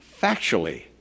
factually